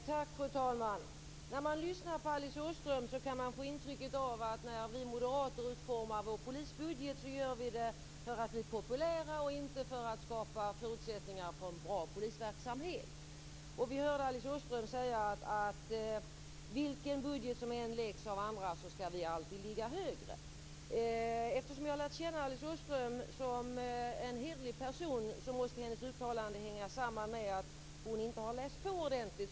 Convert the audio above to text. Fru talman! När man lyssnar på Alice Åström kan man få intrycket av att när vi moderater utformar vår polisbudget gör vi det för att bli populära och inte för att skapa förutsättningar för en bra polisverksamhet. Vi hörde Alice Åström säga att vilken budget som än läggs av andra skall vi alltid ligga högre. Eftersom jag har lärt känna Alice Åström som en hederlig person måste hennes uttalande hänga samman med att hon inte har läst på ordentligt.